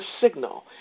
signal